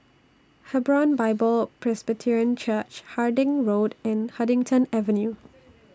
Hebron Bible Presbyterian Church Harding Road and Huddington Avenue